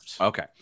Okay